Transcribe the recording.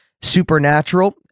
Supernatural